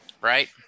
Right